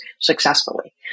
successfully